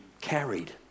carried